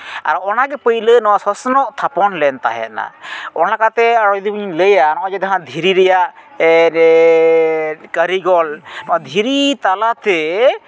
ᱟᱨ ᱚᱱᱟᱜᱮ ᱯᱳᱭᱞᱳ ᱱᱚᱣᱟ ᱥᱚᱥᱱᱚᱜ ᱛᱷᱟᱯᱚᱱ ᱞᱮᱱ ᱛᱟᱦᱮᱱᱟ ᱚᱱᱟ ᱠᱟᱛᱮᱫ ᱟᱨᱚ ᱡᱩᱫᱤ ᱵᱚᱱ ᱞᱟᱹᱭᱟ ᱱᱚᱜᱼᱚᱭ ᱡᱮ ᱡᱟᱦᱟᱸ ᱫᱷᱤᱨᱤ ᱨᱮᱭᱟᱜ ᱠᱟᱹᱨᱤᱜᱚᱞ ᱱᱚᱣᱟ ᱫᱷᱤᱨᱤ ᱛᱟᱞᱟᱛᱮ